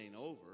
over